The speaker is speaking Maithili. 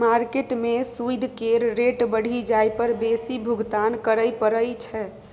मार्केट में सूइद केर रेट बढ़ि जाइ पर बेसी भुगतान करइ पड़इ छै